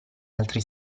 altri